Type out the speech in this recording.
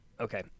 okay